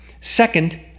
Second